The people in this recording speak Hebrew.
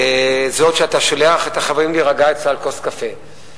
זאת שאתה שולח את החברים להירגע אצלה על כוס קפה,